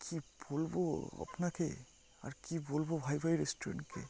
কি বলবো আপনাকে আর কি বলবো ভাই ভাই রেস্টুরেন্টকে